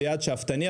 זה יעד שאפתני,